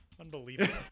Unbelievable